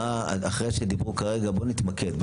אחרי שדיברו כרגע, בואו נתמקד.